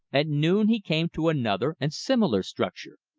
at noon he came to another and similar structure.